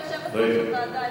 כיושבת-ראש הוועדה,